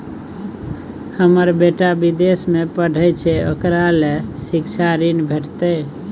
हमर बेटा विदेश में पढै छै ओकरा ले शिक्षा ऋण भेटतै?